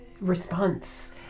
response